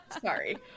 Sorry